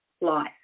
life